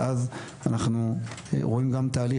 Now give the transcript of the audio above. ואז אנחנו רואים גם תהליך,